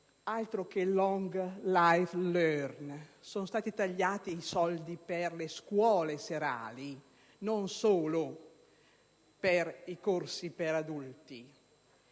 altro che *long life learning*, sono stati tagliati i fondi per le scuole serali, non solo per i corsi per adulti!